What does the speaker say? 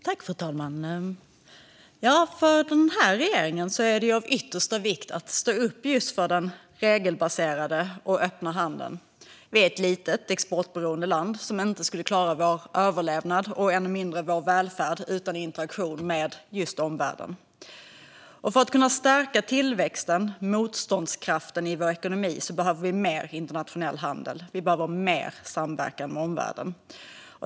Fru talman! För den här regeringen är det av yttersta vikt att stå upp för den regelbaserade och öppna handeln. Vi är ett litet, exportberoende land som inte skulle klara vår överlevnad, än mindre vår välfärd, utan interaktion med omvärlden. För att kunna stärka tillväxten och motståndskraften i vår ekonomi behöver vi mer internationell handel och mer samverkan med omvärlden.